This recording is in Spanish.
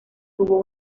tuvo